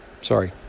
Sorry